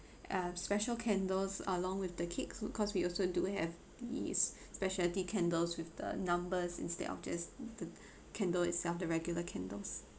uh special candles along with the cake cause we also do have this special cake candles with the numbers instead of just the candle itself the regular candles